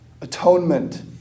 Atonement